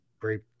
great